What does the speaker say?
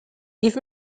give